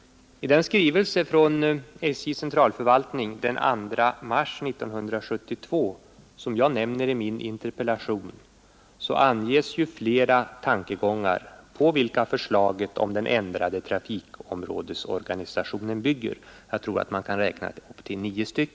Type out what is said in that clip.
I den skrivelse från SJ:s centralförvaltning den 2 mars 1972 som jag nämnt i min interpellation anges ju flera tankegångar, på vilka förslaget om den ändrade trafikområdesorganisationen bygger. Jag tror att man kan räkna till nio.